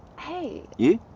hey you,